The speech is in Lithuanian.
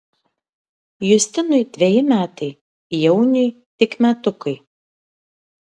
justinui dveji metai jauniui tik metukai